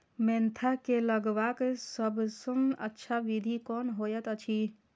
Mentha के लगवाक सबसँ अच्छा विधि कोन होयत अछि?